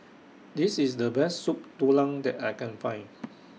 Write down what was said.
This IS The Best Soup Tulang that I Can Find